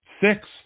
six